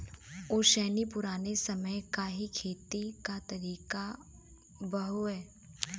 ओसैनी पुराने समय क ही खेती क तरीका हउवे